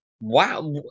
Wow